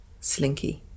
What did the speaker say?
slinky